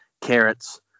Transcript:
carrots